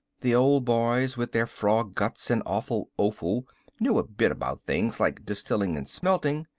the old boys with their frog guts and awful offal knew a bit about things like distilling and smelting.